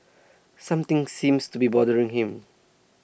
something seems to be bothering him